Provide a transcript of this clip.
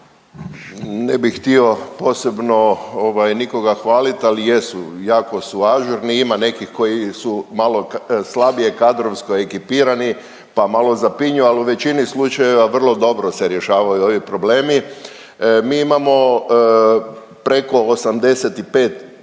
Ne bih htio posebno ovaj nikoga hvalit, ali jesu, jako su ažurni, ima nekih koji su malo slabije kadrovsko ekipirani, pa malo zapinju, al u većini slučajeva vrlo dobro se rješavaju ovi problemi. Mi imamo preko 85, blizu,